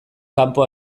kanpo